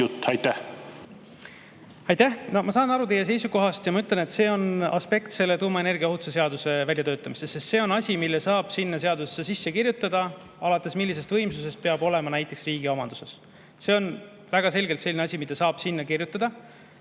Ma saan aru teie seisukohast ja ma ütlen, et see on aspekt selle tuumaenergia ohutuse seaduse väljatöötamises, sest see on asi, mille saab sinna seadusesse sisse kirjutada, näiteks millisest võimsusest alates peab olema riigi omanduses. See on väga selgelt asi, mida saab sinna kirjutada.